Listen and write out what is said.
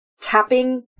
tapping